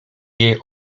jej